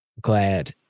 glad